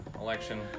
election